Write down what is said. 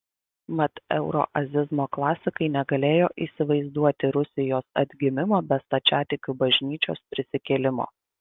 mat euroazizmo klasikai negalėjo įsivaizduoti rusijos atgimimo be stačiatikių bažnyčios prisikėlimo